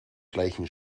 gleichen